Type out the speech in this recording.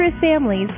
families